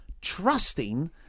trusting